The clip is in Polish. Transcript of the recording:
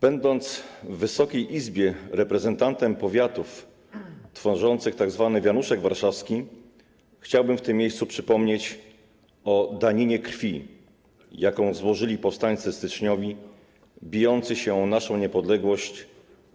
Będąc w Wysokiej Izbie reprezentantem powiatów tworzących tzw. wianuszek warszawski, chciałbym w tym miejscu przypomnieć o daninie krwi, jaką złożyli powstańcy styczniowi bijący się o naszą niepodległość